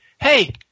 Hey